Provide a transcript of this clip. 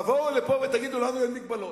תבואו לפה ותגידו: לנו אין מגבלות.